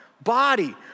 body